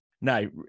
No